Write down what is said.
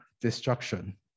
destruction